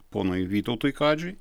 ponui vytautui kadžiui